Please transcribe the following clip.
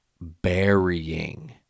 burying